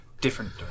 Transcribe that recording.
different